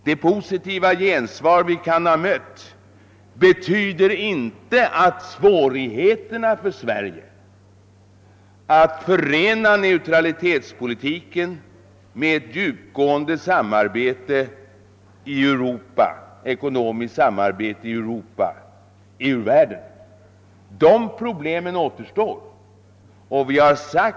Det positiva gensvar vi kan ha mött betyder inte att svårigheterna för Sverige att förena neutralitetspolitiken med ett djupgående ekonomiskt samarbete i Europa är ur världen. Det problemet återstår.